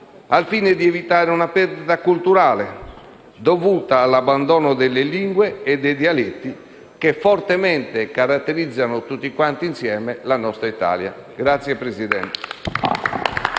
al fine di evitare una perdita culturale dovuta all'abbandono delle lingue e dei dialetti che fortemente caratterizzano tutti insieme la nostra Italia. *(Applausi